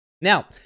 Now